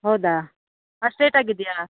ಹೌದಾ ಅಷ್ಟು ರೇಟಾಗಿದೆಯಾ